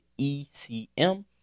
ECM